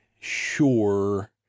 sure